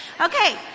Okay